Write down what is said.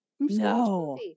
No